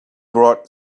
brought